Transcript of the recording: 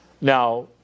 Now